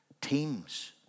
teams